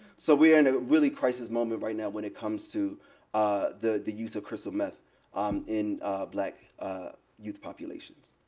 so we are in a really crisis moment right now when it comes to the the use of crystal meth in black youth populations.